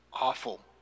awful